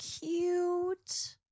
cute